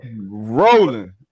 rolling